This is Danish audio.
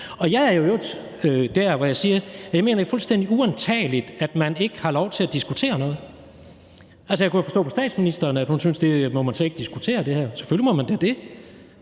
er i øvrigt der, hvor jeg siger, at jeg mener, at det er fuldstændig uantageligt, at man ikke har lov til at diskutere noget. Altså, jeg kunne jo forstå på statsministeren, at hun syntes, at det her må man slet ikke diskutere. Selvfølgelig må man da det.